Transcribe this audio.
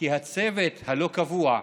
כי הצוות הלא-קבוע,